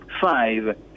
five